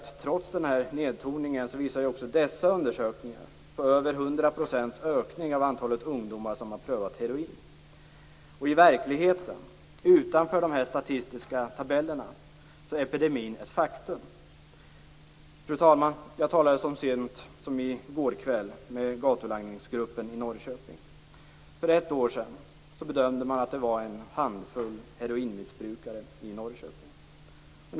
Trots nedtoningen, visar också dessa undersökningar på över hundra procents ökning av antalet ungdomar som har prövat heroin. I verkligheten, utanför de statistiska tabellerna, är epidemin ett faktum. Fru talman! Jag talade så sent som i går kväll med gatulangningsgruppen i Norrköping. För ett år sedan bedömde man att det fanns en handfull heroinmissbrukare i Norrköping.